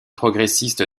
progressiste